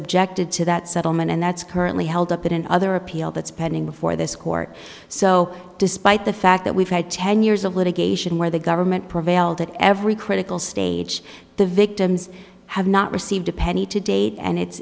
objected to that settlement and that's currently held up in other appeal that's pending before this court so despite the fact that we've had ten years of litigation where the government prevailed at every critical stage the victims have not received a penny to date and it's